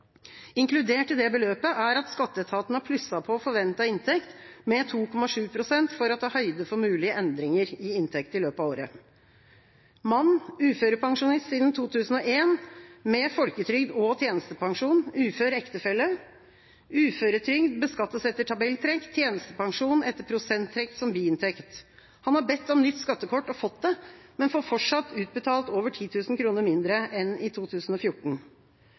Inkludert i beløpet er at skatteetaten har plusset på forventet inntekt med 2,7 pst. for å ta høyde for mulige endringer i inntekt i løpet av året. mann, uførepensjonist siden 2001 med folketrygd og tjenestepensjon, ufør ektefelle. Uføretrygd beskattes etter tabelltrekk, tjenestepensjon etter prosenttrekk som biinntekt. Han har bedt om nytt skattekort og fått det, men får fortsatt utbetalt over 10 000 kr mindre enn i 2014.